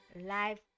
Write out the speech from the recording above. life